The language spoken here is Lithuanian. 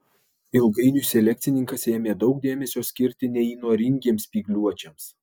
ilgainiui selekcininkas ėmė daug dėmesio skirti neįnoringiems spygliuočiams